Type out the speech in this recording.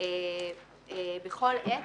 בעצם בכל עת,